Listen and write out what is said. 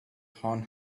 horn